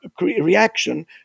reaction